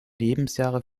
lebensjahre